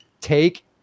take